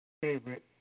favorite